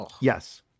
Yes